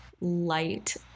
light